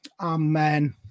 Amen